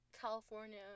California